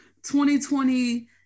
2020